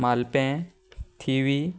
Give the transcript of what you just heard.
मालपें थिवी